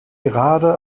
gerade